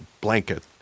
blanket